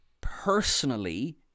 personally